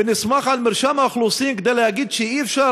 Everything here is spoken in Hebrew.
ונסמך על מרשם האוכלוסין כדי להגיד שאי-אפשר